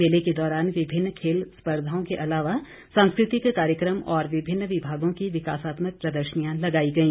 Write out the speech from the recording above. मेले के दौरान विभिन्न खेल स्पर्धाओं के अलावा सांस्कृतिक कार्यकम और विभिन्न विभागों की विकासात्मक प्रदर्शनियां लगाई गई